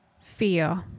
fear